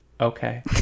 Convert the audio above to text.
Okay